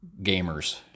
gamers